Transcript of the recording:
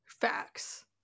Facts